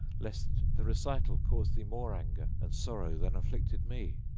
lest the recital cause thee more anger and sorrow than afflicted me.